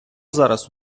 зараз